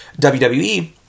WWE